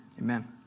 amen